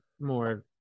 more